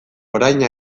orain